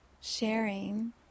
sharing